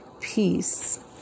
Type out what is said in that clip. peace